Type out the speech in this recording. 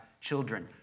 children